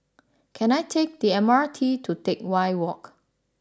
can I take the M R T to Teck Whye Walk